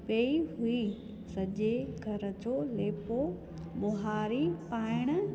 वेई हुई सॼे घर जो लेपो ॿुहारी पाइण